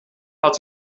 hat